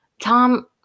Tom